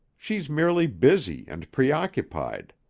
she's merely busy and preoccupied.